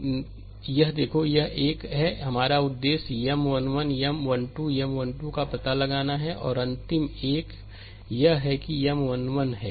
तो यह देखो यह एक यह एक है 1 हमारा उद्देश्य M 1 1 M1 2 M 1 2 का पता लगाना है और अंतिम एक यह है कि M1n है